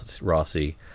rossi